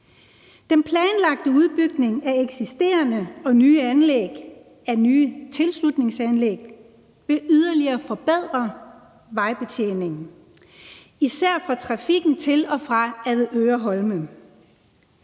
Den planlagte udbygning af eksisterende og nye tilslutningsanlæg vil yderligere forbedre vejbetjeningen, især for trafikken til og fra Avedøre Holme.